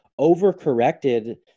overcorrected